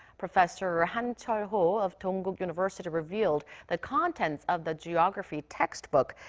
professor ah han cheol-ho of dongguk university revealed the contents of the geography textbook.